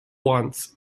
once